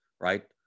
right